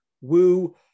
woo